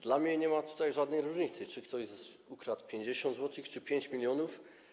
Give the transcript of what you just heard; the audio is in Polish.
Dla mnie nie ma tutaj żadnej różnicy, czy ktoś ukradł 50 zł czy 5 mln.